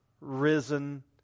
risen